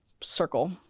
circle